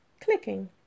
Clicking